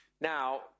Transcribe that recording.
Now